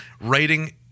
writing